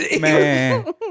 man